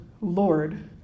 Lord